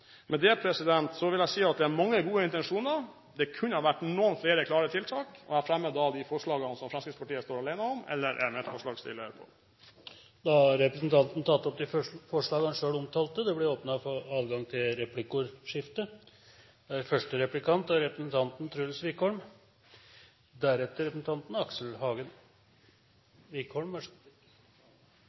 det. Jeg vil med dette si at det er mange gode intensjoner. Det kunne ha vært noen flere klare tiltak. Jeg fremmer de forslagene som Fremskrittspartiet står alene om, eller er medforslagsstiller til. Representanten Tord Lien har tatt opp de forslagene han omtalte. Det blir replikkordskifte. Representanten Lien har tidligere kritisert Høyre for å drive med ideologitull. Tord Lien er